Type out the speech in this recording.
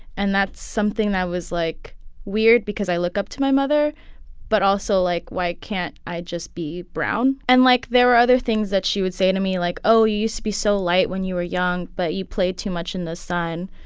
and that's something that was like weird because i look up to my mother but also like, why can't i just be brown? and like, there were other things that she would say to me like, oh, you used to be so light when you were young, but you played too much in the sun.